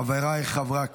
תודה רבה.